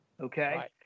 Okay